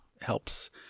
helps